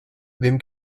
wem